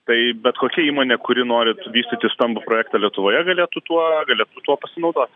tai bet kokia įmonė kuri nori vystyti stambų projektą lietuvoje galėtų tuo galėtų tuo pasinaudot